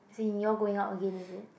seen you all going out again is it